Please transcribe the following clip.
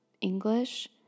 english